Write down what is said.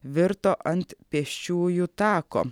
virto ant pėsčiųjų tako